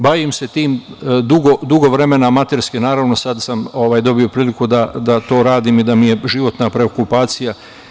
Bavim se tim dugo vremena, amaterski, naravno, a sad sam dobio priliku da to radim i da mi je životna preokupacija.